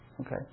Okay